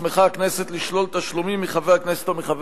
הוסמכה הכנסת לשלול תשלומים מחבר הכנסת או מחבר